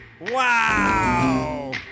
Wow